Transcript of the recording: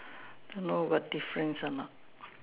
don't know got difference a not